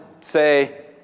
say